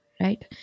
Right